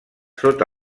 sota